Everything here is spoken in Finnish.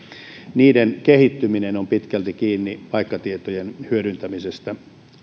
niiden kehittyminen myöskin jatkossa on pitkälti kiinni paikkatietojen hyödyntämisestä